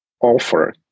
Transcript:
offer